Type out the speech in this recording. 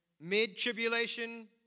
mid-tribulation